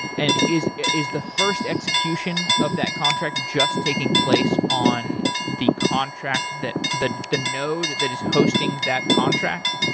and is is the first execution of that contract just taking place on the contract that the the node that is hosting that contract?